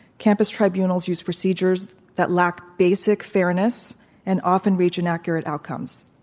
campus tribunals use procedures that lack basic fairness and often reach inaccurate outcomes.